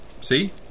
See